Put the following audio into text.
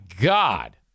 God